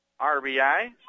rbi